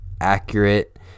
accurate